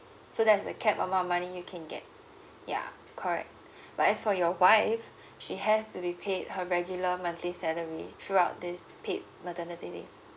so that's the cap amount of money you can get yeah correct but as for your wife she has to be paid her regular monthly salary throughout this paid maternity leave